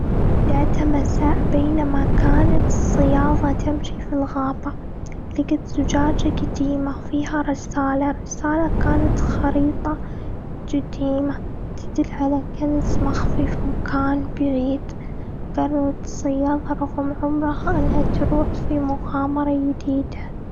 ذات مساء، بينما كانت صيادة تمشي في الغابة، لقيت زجاجة قديمه فيها رسالة. الرسالة كانت خريطة قديمه تدل على كنز مخفي في مكان بعيد. قررت الصيادة رغم عمرها، إنها تروح في مغامرة جديده.